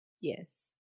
Yes